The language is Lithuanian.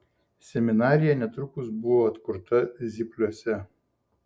seminarija netrukus buvo atkurta zypliuose